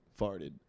farted